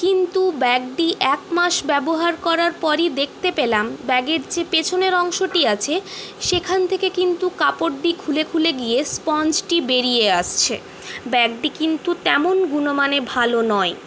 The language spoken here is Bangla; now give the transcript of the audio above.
কিন্তু ব্যাগটি একমাস ব্যবহার করার পরই দেখতে পেলাম ব্যাগের যে পেছনের অংশটি আছে সেখান থেকে কিন্তু কাপড়টি খুলে খুলে গিয়ে স্পঞ্জটি বেড়িয়ে আসছে ব্যাগটি কিন্তু তেমন গুণমানে ভালো নয়